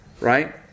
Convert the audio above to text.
right